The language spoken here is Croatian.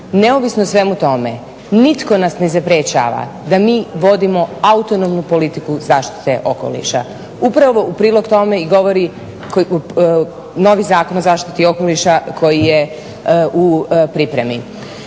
Neovisno o svemu tome nitko nas ne zaprječava da mi vodimo autonomnu politiku zaštite okoliša. Upravo u prilog tome i govori novi Zakon o zaštiti okoliša koji je u pripremi.